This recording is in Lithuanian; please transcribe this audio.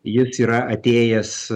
jis yra atėjęs